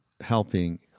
helping